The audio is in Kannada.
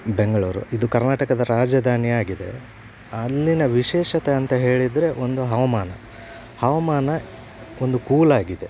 ಬೆಂಗಳೂರು ಇದು ಕರ್ನಾಟಕದ ರಾಜಧಾನಿ ಆಗಿದೆ ಅಲ್ಲಿನ ವಿಶೇಷತೆ ಅಂತ ಹೇಳಿದರೆ ಒಂದು ಹವಮಾನ ಹವಮಾನ ಒಂದು ಕೂಲ್ ಆಗಿದೆ